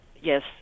yes